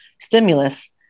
stimulus